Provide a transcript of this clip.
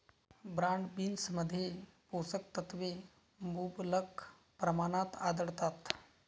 broad बीन्समध्ये पोषक तत्वे मुबलक प्रमाणात आढळतात